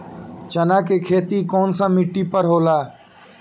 चन्ना के खेती कौन सा मिट्टी पर होला?